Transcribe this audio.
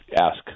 ask